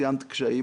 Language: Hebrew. ציינת קשיים.